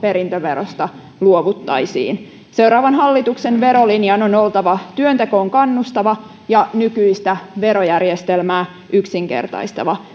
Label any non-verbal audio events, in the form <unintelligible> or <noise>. perintöverosta luovuttaisiin seuraavan hallituksen verolinjan on on oltava työntekoon kannustava ja nykyistä verojärjestelmää yksinkertaistava <unintelligible>